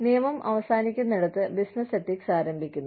നിയമം അവസാനിക്കുന്നിടത്ത് business ethics ആരംഭിക്കുന്നു